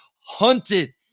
hunted